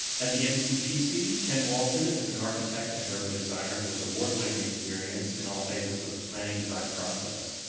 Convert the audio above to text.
at the ncpc, ken walton is an architect and urban designer with award winning experience in all phases of the planning design process.